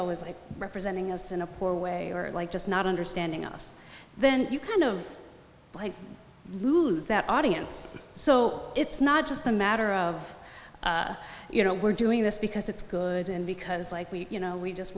always representing us in a poor way or like just not understanding us then you kind of like lose that audience so it's not just a matter of you know we're doing this because it's good and because like we you know we just